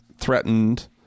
threatened